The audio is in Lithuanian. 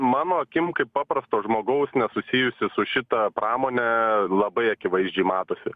mano akim kaip paprasto žmogaus nesusijusio su šita pramone labai akivaizdžiai matosi